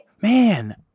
Man